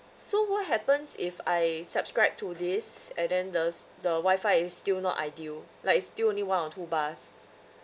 so what happens if I subscribe to this and then the s~ the wifi is still not ideal like it's still only one or two bars